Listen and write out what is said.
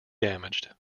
damaged